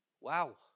Wow